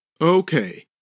Okay